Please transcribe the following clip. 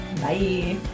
bye